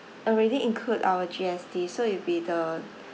already include our G_S_T so it'll be the